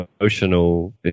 emotional